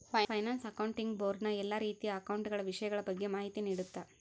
finance accounting board ನ ಎಲ್ಲಾ ರೀತಿಯ ಅಕೌಂಟ ಗಳ ವಿಷಯಗಳ ಬಗ್ಗೆ ಮಾಹಿತಿ ನೀಡುತ್ತ